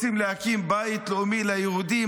רוצים להקים בית לאומי ליהודים,